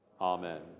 Amen